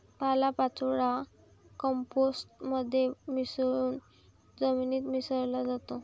पालापाचोळा कंपोस्ट मध्ये मिसळून जमिनीत मिसळला जातो